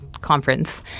conference